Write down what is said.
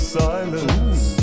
silence